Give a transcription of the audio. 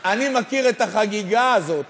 אני מכיר את החגיגה הזאת